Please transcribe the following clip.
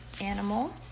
animal